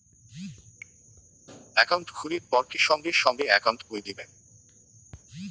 Account খুলির পর কি সঙ্গে সঙ্গে একাউন্ট বই দিবে?